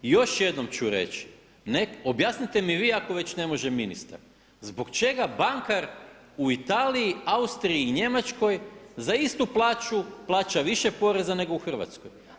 I još jednom ću reći, objasnite mi vi ako već ne može ministar, zbog čega bankar u Italiji, Austriji i Njemačkoj za istu plaću plaća više poreza nego u Hrvatskoj?